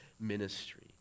ministry